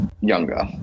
younger